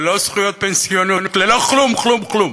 ללא זכויות פנסיוניות, ללא כלום כלום כלום.